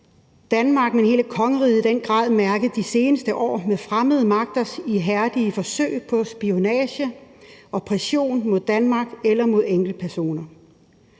Danmark, men hele kongeriget i den grad mærket de seneste år med fremmede magters ihærdige forsøg på spionage og pression mod Danmark eller mod enkeltpersoner.